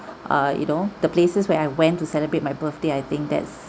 uh you know the places where I went to celebrate my birthday I think that's